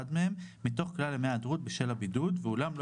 מהם מתוך כלל ימי ההיעדרות בשל הבידוד ואולם לא